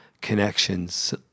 connections